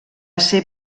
ser